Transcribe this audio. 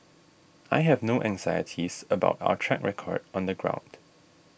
I have no anxieties about our track record on the ground